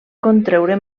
contreure